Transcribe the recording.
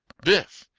biff!